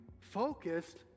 focused